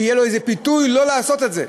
שיהיה לו איזה פיתוי לא לעשות את זה,